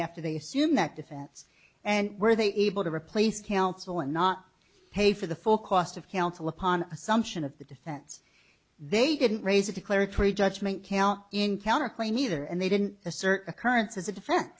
after they assume that defense and were they able to replace counsel and not pay for the full cost of counsel upon assumption of the defense they didn't raise a declaratory judgment count encounter clay neither and they didn't assert occurrence as a defen